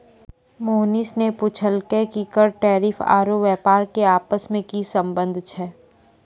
मोहनीश ने पूछलकै कि कर टैरिफ आरू व्यापार के आपस मे की संबंध छै